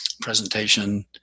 presentation